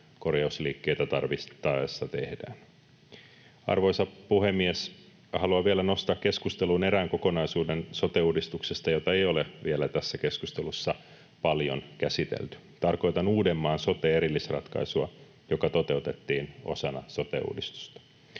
korjausliikkeitä tarvittaessa tehdään. Arvoisa puhemies! Haluan vielä nostaa keskusteluun erään kokonaisuuden sote-uudistuksesta, jota ei ole vielä tässä keskustelussa paljon käsitelty. Tarkoitan Uudenmaan sote-erillisratkaisua, joka toteutettiin osana sote-uudistusta.